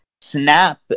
snap